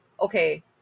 Okay